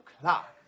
Clock